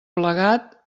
plegat